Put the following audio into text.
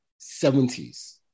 70s